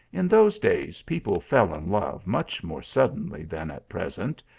in those days, people fell in love much more suddenly than at present,